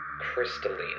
crystalline